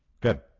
Good